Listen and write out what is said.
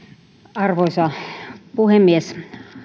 arvoisa puhemies